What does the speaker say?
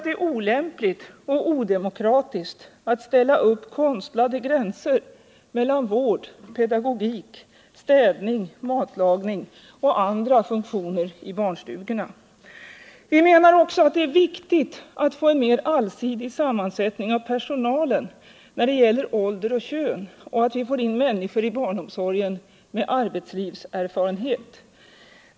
Det är olämpligt och odemokratiskt att ställa upp konstlade gränser mellan vård, pedagogik, städning, matlagning och andra funktioner i barnstugorna. Vi menar också att det är viktigt att få en mera allsidig sammansättning av personalen när det gäller ålder och kön och att vi i barnomsorgen får in människor med arbetslivserfarenhet.